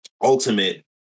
Ultimate